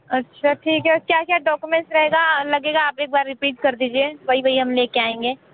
अच्छा ठीक है क्या क्या डाॅकोमेंट्स रहेगा लगेगा एक बार आप रिपीट कर दीजिए वही वही हम ले के आएंगे